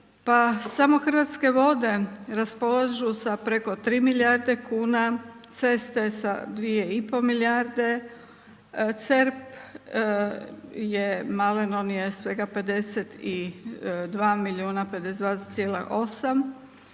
samo Hrvatske vode raspolažu sa preko 3 milijarde kuna, ceste sa 2,5 milijarde, CERP je malen on je svega 52 milijuna, 52,8,